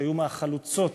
שהיו מהחלוצות